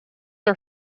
are